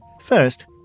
First